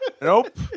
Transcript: Nope